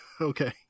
Okay